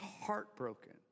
heartbroken